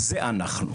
זה אנחנו.